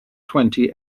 twenty